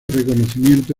reconocimiento